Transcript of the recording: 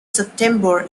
september